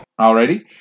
Alrighty